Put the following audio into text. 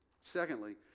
secondly